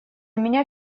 меня